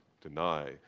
deny